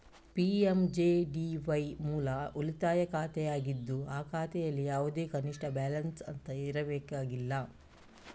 PMJDY ಮೂಲ ಉಳಿತಾಯ ಖಾತೆ ಆಗಿದ್ದು ಈ ಖಾತೆನಲ್ಲಿ ಯಾವುದೇ ಕನಿಷ್ಠ ಬ್ಯಾಲೆನ್ಸ್ ಅಂತ ಇರಬೇಕಾಗಿಲ್ಲ